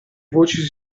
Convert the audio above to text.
voci